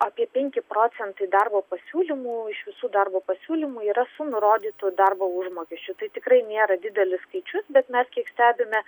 apie penki procentai darbo pasiūlymų iš visų darbo pasiūlymų yra su nurodytu darbo užmokesčiu tai tikrai nėra didelis skaičius bet mes stebime